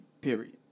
Period